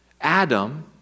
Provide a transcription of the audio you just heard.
Adam